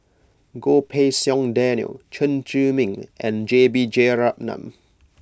Goh Pei Siong Daniel Chen Zhiming and J B Jeyaretnam